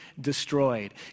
destroyed